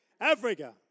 Africa